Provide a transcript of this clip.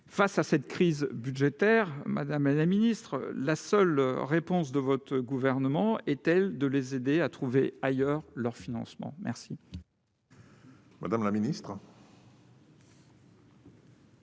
Face à cette crise budgétaire, madame la ministre, la seule réponse de votre gouvernement est-elle de les aider à trouver ailleurs leurs financements ? La parole est à Mme la ministre